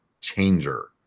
changer